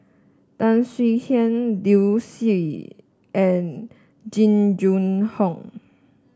Tan Swie Hian Liu Si and Jing Jun Hong